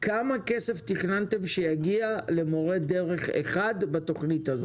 כמה כסף תכננתם שיגיע למורה דרך אחד בתוכנית הזאת?